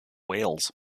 wales